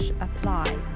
apply